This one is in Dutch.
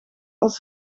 als